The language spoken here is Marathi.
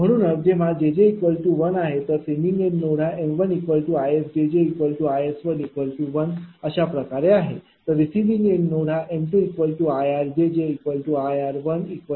म्हणून जेव्हा jj1 आहे तर सेंडिंग एन्ड नोड हा m1 ISjj IS1 1 अशाप्रकारे आहे तर रिसिविंग एन्ड नोड हा m2 IRjj IR1 2आहे